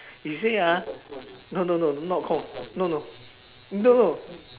he say ah no no no not con no no no